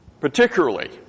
Particularly